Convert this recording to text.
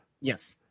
Yes